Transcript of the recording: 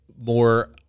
more